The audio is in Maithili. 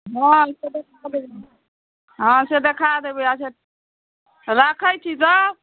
हँ हँ से देखा देबै अच्छा राखै छी तऽ